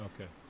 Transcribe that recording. Okay